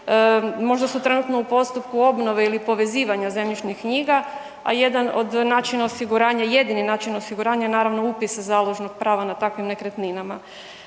Možda su trenutno u postupku obnove ili povezivanja zemljišnih knjiga, a jedan od načina osiguranja, jedini način osiguranja je naravno upis založnog prava nad takvim nekretninama.